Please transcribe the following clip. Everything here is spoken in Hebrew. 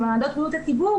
שמעבדות בריאות הציבור,